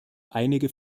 einige